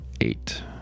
eight